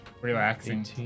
relaxing